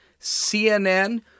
CNN